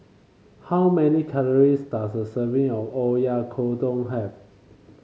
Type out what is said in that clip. how many calories does a serving of Oyakodon have